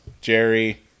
Jerry